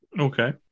okay